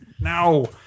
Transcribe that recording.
no